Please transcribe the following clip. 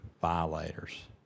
violators